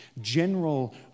general